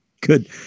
good